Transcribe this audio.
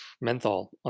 menthol